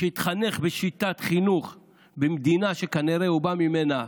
שהתחנך בשיטת חינוך שבמדינה שכנראה הוא בא ממנה,